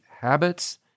habits